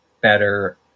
better